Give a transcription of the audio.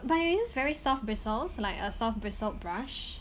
but you use very soft bristles like a soft bristled brush